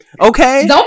Okay